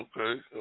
Okay